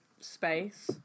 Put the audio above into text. space